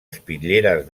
espitlleres